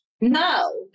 no